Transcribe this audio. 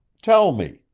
tell me,